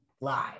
live